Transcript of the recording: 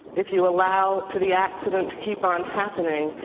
if you allow for the accident to keep on happening,